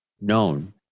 known